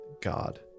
god